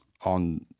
on